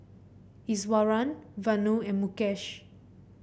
Iswaran Vanu and Mukesh